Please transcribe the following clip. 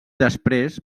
després